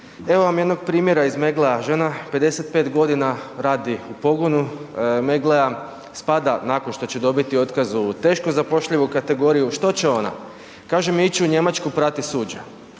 Evo vam jednoga primjera iz Meggle-a, žena 55 godina radi u pogonu Meggle-a, spada nakon što će dobiti otkaz u teško zapošljivu kategoriju, što će ona? Kaže mi ići će u Njemačku prati suđe.